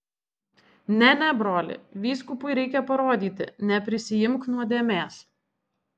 ne ne broli vyskupui reikia parodyti neprisiimk nuodėmės